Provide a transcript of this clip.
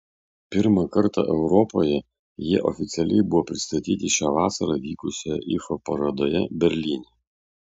pirmą kartą europoje jie oficialiai buvo pristatyti šią vasarą vykusioje ifa parodoje berlyne